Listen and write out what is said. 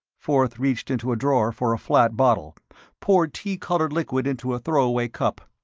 forth reached into a drawer for a flat bottle poured tea-colored liquid into a throwaway cup.